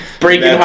Breaking